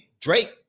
Drake